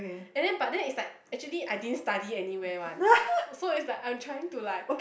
and then but then it's like actually I didn't study anywhere one so is like I'm trying to like